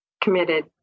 committed